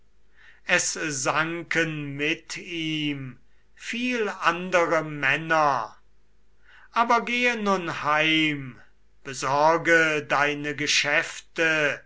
es sanken mit ihm viel andere männer aber gehe nun heim besorge deine geschäfte